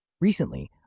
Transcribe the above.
Recently